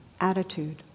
attitude